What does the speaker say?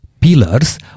pillars